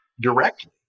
directly